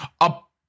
up